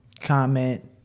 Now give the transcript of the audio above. Comment